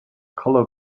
colo